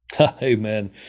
Amen